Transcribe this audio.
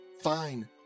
fine